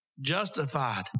Justified